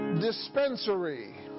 dispensary